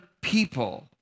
people